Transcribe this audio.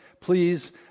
please